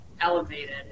elevated